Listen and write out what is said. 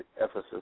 Ephesus